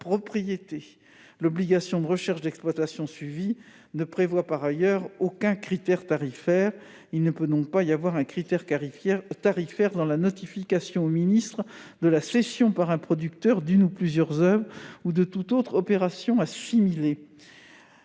L'obligation de recherche d'exploitation suivie ne prévoit, par ailleurs, aucun critère tarifaire. Il ne peut donc pas y avoir un critère tarifaire dans la notification au ministre de la cession par un producteur d'une ou plusieurs oeuvres ou de toute autre opération assimilée.